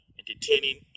entertaining